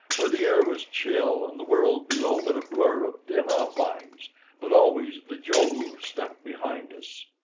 where the air was chill and the world below but a blur of dim outlines but always the jo-oos stuck behind us.